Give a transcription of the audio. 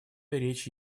речь